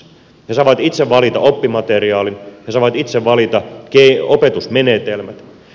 he saavat itse valita oppimateriaalin he saavat itse valita opetusmenetelmät